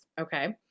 okay